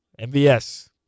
MVS